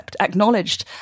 acknowledged